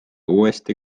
uuesti